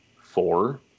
four